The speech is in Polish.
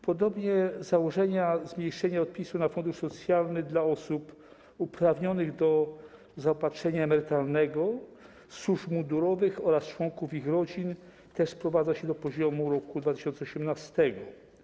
Podobnie założenia zmniejszenia odpisu na fundusz socjalny dla osób uprawnionych do zaopatrzenia emerytalnego służb mundurowych oraz członków ich rodzin sprowadza się do poziomu roku 2018.